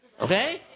okay